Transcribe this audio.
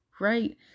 right